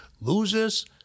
loses